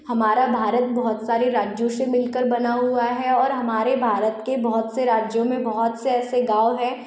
हमारा भारत बहुत सारे राज्यों से मिल कर बना हुआ है और हमारे भारत के बहुत से राज्यों में बहुत से ऐसे गाँव हैं